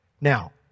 Now